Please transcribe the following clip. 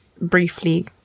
briefly